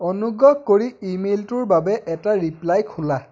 অনুগ্ৰহ কৰি ইমেইলটোৰ বাবে এটা ৰিপ্লাই খোলা